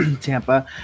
Tampa